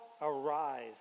arise